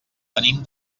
venim